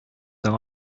таң